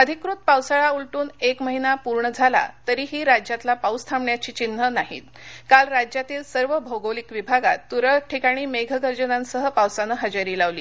अधिकृत पावसाळा उलटून एक महिना पूर्ण झाला तरीही राज्यातला पाऊस थांबण्याची चिन्हं नाहीत काल राज्यातील सर्व भौगोलिक विभागात तुरळक ठिकाणी मेघगर्जनांसह पावसानं हजेरी लावली